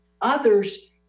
others